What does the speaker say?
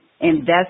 invest